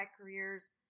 careers